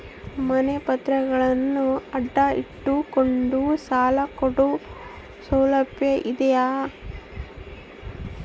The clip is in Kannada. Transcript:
ಮನೆ ಪತ್ರಗಳನ್ನು ಅಡ ಇಟ್ಟು ಕೊಂಡು ಸಾಲ ಕೊಡೋ ಸೌಲಭ್ಯ ಇದಿಯಾ?